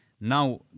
now